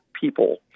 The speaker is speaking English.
people